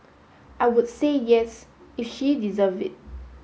I would say yes if she deserve it